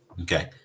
Okay